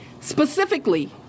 Specifically